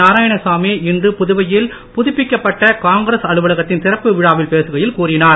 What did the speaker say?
நாராயணசாமி இன்று புதுவையில் புதுப்பிக்கப்பட்ட காங்கிரஸ் அலுவலகத்தின் திறப்பு விழாவில் பேசுகையில் கூறினார்